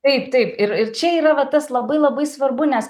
taip taip ir ir čia yra vat tas labai labai svarbu nes